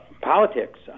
politics